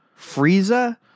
Frieza